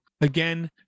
Again